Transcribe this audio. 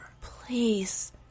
Please